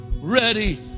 ready